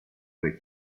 alle